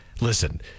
Listen